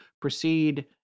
proceed